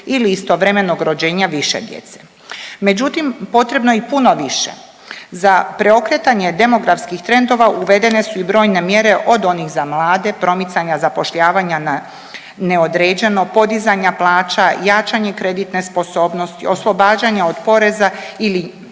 ili istovremenog rođenja više djece, međutim potrebno je i puno više. Za preokretanje demografskih trendova uvedene su i brojne mjere od onih za mlade, promicanja zapošljavanja na neodređeno, podizanja plaća, jačanje kreditne sposobnosti, oslobađanja od poreza ili